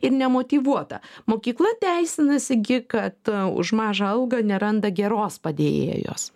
ir nemotyvuota mokykla teisinasi gi kad už mažą algą neranda geros padėjėjos